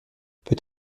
peut